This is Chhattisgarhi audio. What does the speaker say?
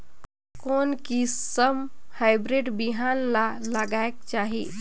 कोन किसम हाईब्रिड बिहान ला लगायेक चाही?